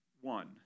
One